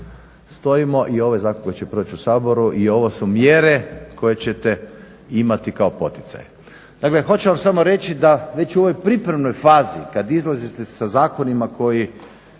stojimo i ovo je zakon koji će proći u Saboru i ovo su mjere koje ćete imati kao poticaj. Dakle hoću vam samo reći da već u ovoj pripremnoj fazi kad izlazite sa zakonima koji